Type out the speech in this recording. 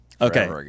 Okay